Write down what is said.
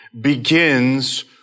begins